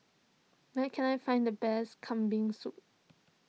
where can I find the best Kambing Soup